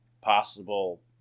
possible